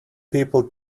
people